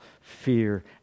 fear